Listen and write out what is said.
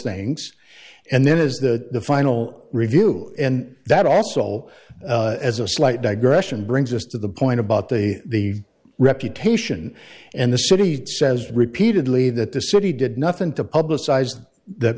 things and then as the final review and that asshole as a slight digression brings us to the point about the reputation and the city says repeatedly that the city did nothing to publicize that